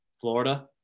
Florida